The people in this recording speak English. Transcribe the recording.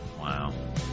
Wow